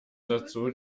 dazu